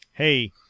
Hey